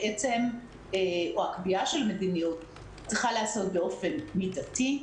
או הקביעה של מדיניות צריכה להיעשות באופן מידתי,